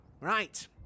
Right